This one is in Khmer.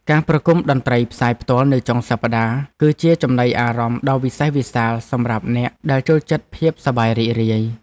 ការប្រគំតន្ត្រីផ្សាយផ្ទាល់នៅចុងសប្តាហ៍ គឺជាចំណីអារម្មណ៍ដ៏វិសេសវិសាលសម្រាប់អ្នកដែលចូលចិត្តភាពសប្បាយរីករាយ។